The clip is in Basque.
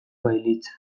bailitzan